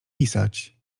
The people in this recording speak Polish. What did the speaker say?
pisać